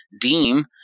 deem